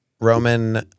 roman